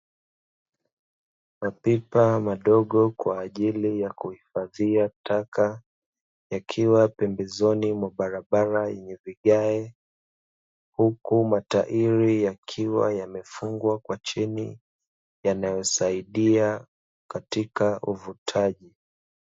Mapipa madogo kwa ajili ya kuhifadhia taka yakiwa pembezoni mwa barabara yenye vigaye, huku matairi yakiwa yamefungwa kwa chini yanayosaidia katika uvutaji.